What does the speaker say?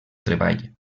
treball